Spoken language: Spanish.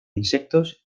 insectos